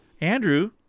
Andrew